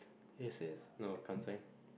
this is no can't sing